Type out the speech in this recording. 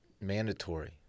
mandatory